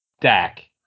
Dak